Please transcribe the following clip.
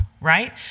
right